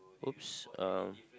!oops! uh